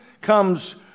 comes